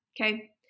Okay